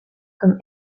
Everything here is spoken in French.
comme